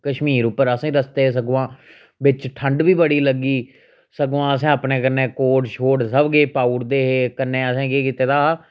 कश्मीर उप्पर असें रस्ते च सगुआं बिच्च ठंड बी बड़ी लग्गी सगुआं असें अपने कन्नै कोट शोट सब किश पाउड़दे हे कन्नै असें केह् कीते दा हा